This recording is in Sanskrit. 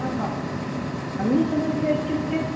आ हा अन्य समस्या इत्युक्ते